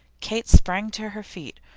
kate sprang to her feet,